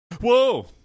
Whoa